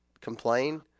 complain